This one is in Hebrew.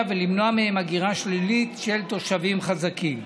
ולמנוע מהם הגירה שלילית של תושבים חזקים.